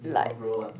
like